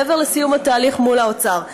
מעבר לסיום התהליך מול האוצר,